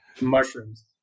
mushrooms